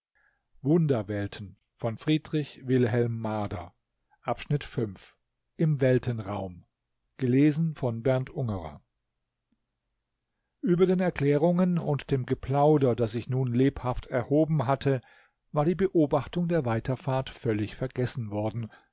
im weltenraum über den erklärungen und dem geplauder das sich nun lebhaft erhoben hatte war die beobachtung der weiterfahrt völlig vergessen worden